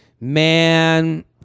man